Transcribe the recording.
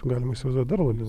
galima įsivaizduot dar labiau